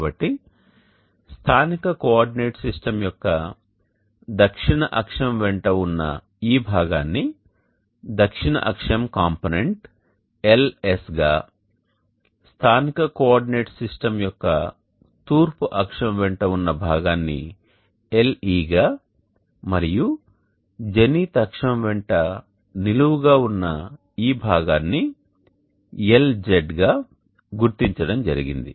కాబట్టి స్థానిక coordinate system యొక్క దక్షిణ అక్షం వెంట ఉన్న ఈ భాగాన్ని దక్షిణ అక్షం కాంపోనెంట్ LS గా స్థానిక కోఆర్డినేట్ సిస్టమ్ యొక్క తూర్పు అక్షం వెంట ఉన్న భాగాన్ని LE గా మరియు జెనిత్ అక్షం వెంట నిలువుగా ఉన్న ఈ భాగాన్ని LZ గా గుర్తించడం జరిగింది